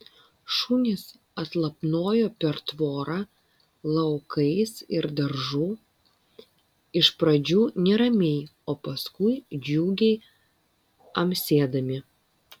šunys atlapnojo per tvorą laukais ir daržu iš pradžių neramiai o paskui džiugiai amsėdami